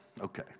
okay